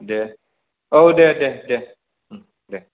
दे औ दे दे दे दे